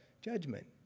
judgment